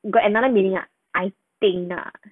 you got another meaning ah I think nah